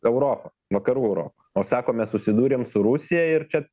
europa vakarų europa o sako mes susidūrėm su rusija ir čia